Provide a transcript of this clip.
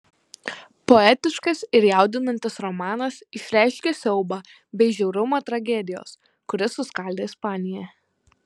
poetiškas ir jaudinantis romanas išreiškia siaubą bei žiaurumą tragedijos kuri suskaldė ispaniją